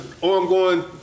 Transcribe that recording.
ongoing